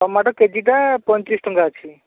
tomato କେଜିଟା ପଇଁତିରିଶ ଟଙ୍କା ଅଛି